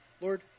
Lord